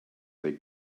they